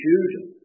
Judah